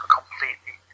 completely